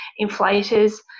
inflators